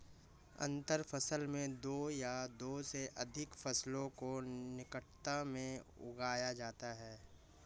अंतर फसल में दो या दो से अघिक फसलों को निकटता में उगाया जाता है